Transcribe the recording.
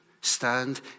Stand